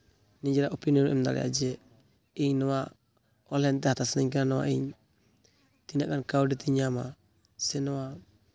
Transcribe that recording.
ᱱᱤᱡᱮᱨᱟᱜ ᱚᱯᱤᱱᱤᱭᱚᱱ ᱮᱢ ᱫᱟᱲᱮᱭᱟᱜᱼᱟ ᱡᱮ ᱤᱧ ᱱᱣᱟ ᱚᱱᱞᱟᱭᱤᱱᱛᱮ ᱦᱟᱛᱟᱣ ᱥᱟᱱᱟᱧ ᱠᱟᱱᱟ ᱤᱧ ᱛᱤᱱᱟᱹᱜ ᱜᱟᱱ ᱠᱟᱹᱣᱰᱤ ᱛᱤᱧ ᱧᱟᱢᱟ ᱥᱮ ᱱᱚᱣᱟ